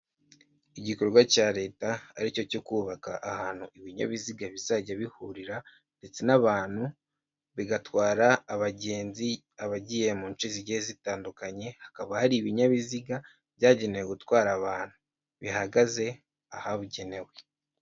Igikorwa cya Leta aricyo cyo kubaka ahantu ibinyabiziga bizajya bihurira ndetse n'abantu, bigatwara abagenzi, abagiye mu nshe zigiye zitandukanye, hakaba hari ibinyabiziga byagenewe gutwara abantu, bihagaze ahabugenewe.